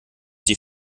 die